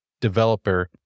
developer